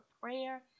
prayer